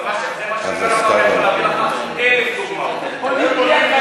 להביא לך אלף דוגמאות.